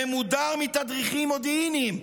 ממודר מתדריכים מודיעיניים.